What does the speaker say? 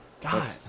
God